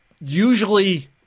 usually